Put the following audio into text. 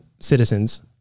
citizens